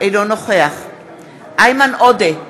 אינו נוכח איימן עודה,